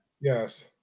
Yes